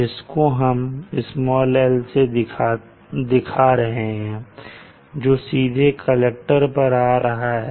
जिसको हम यहां "l" से दिखा रहे हैं जो सीधे कलेक्टर पर आ रहा है